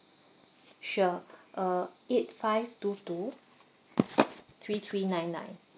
sure uh eight five two two three three nine nine